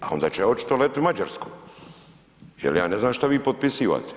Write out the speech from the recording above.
A onda će očito letit Mađarsko, jer ja ne znam šta vi potpisivate.